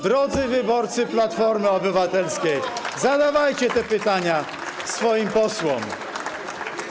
Drodzy wyborcy Platformy Obywatelskiej, zadawajcie te pytania swoim posłom